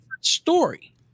story